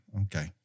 Okay